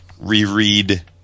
reread